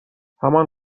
همان